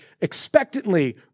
expectantly